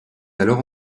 alors